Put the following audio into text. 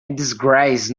disgrace